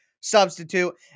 substitute